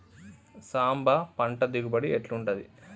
సాంబ పంట దిగుబడి ఎట్లుంటది?